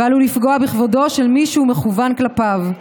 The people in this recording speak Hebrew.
ועלול לפגוע בכבודו של מי שהוא מכוון כלפיו.